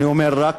אני אומר רק,